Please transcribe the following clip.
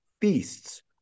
feasts